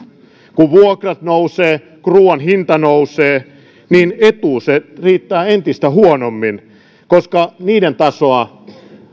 kun vuokrat nousevat ja kun ruuan hinta nousee etuudet riittävät entistä huonommin koska niiden tasoa